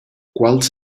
quels